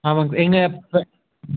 ஆமாங்க சார் எங்கள்